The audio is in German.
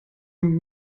und